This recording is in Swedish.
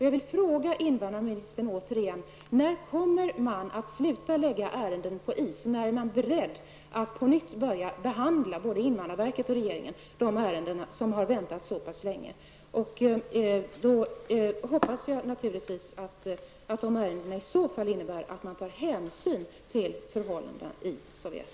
Jag vill återigen fråga invandrarministern: När kommer man att sluta att lägga ärenden på is? När är regeringen och invandrarverket beredda att på nytt börja behandla de ärenden som väntat så länge? Naturligtvis hoppas jag att man då tar hänsyn till förhållandena i Sovjet.